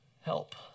help